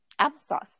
applesauce